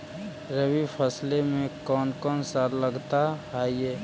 रबी फैसले मे कोन कोन सा लगता हाइय?